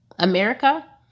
America